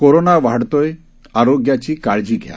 corona वाढतोय आरोग्याची काळजी घ्या